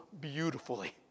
beautifully